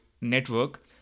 network